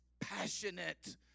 passionate